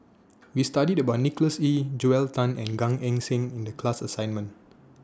We studied about Nicholas Ee Joel Tan and Gan Eng Seng in The class assignment